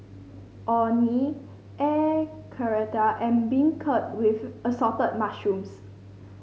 Orh Nee Air Karthira and beancurd with Assorted Mushrooms